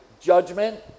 judgment